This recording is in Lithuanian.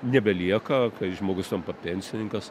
nebelieka kai žmogus tampa pensininkas